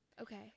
Okay